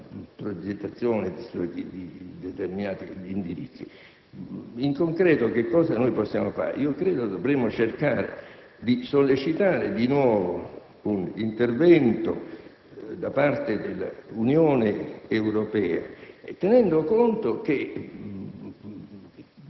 nella progettazione di determinati indirizzi. In concreto, cosa possiamo fare? Potremmo cercare di sollecitare di nuovo un intervento da parte dell'Unione Europea, tenendo conto che